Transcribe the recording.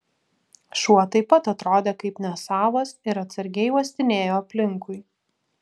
šuo taip pat atrodė kaip nesavas ir atsargiai uostinėjo aplinkui